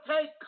take